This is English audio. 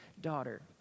daughter